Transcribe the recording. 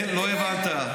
לא הבנת.